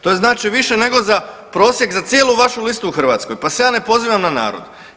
To je znači više nego za prosjek za cijelu vašu listu u Hrvatskoj, pa se ja ne pozivam na narod.